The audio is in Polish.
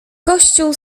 kościół